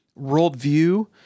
worldview